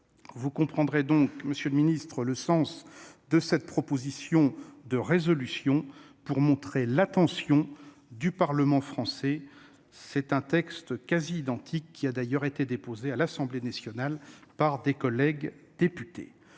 Vous comprendrez donc le sens de cette proposition de résolution. Pour monter l'attention du Parlement français, un texte quasi identique a d'ailleurs été déposé à l'Assemblée nationale par des collègues députés.